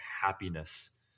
happiness